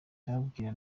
ndababwira